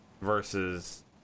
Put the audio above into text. versus